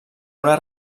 una